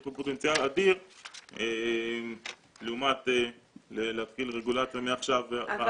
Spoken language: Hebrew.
יש כאן פוטנציאל אדיר לעומת להתחיל רגולציה מעכשיו והלאה.